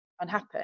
unhappy